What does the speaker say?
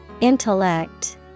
Intellect